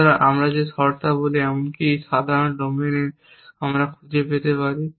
সুতরাং আমরা যে শর্তাবলী এমনকি সাধারণ ডোমেইনগুলিতে আমরা খুঁজে পেতে পারি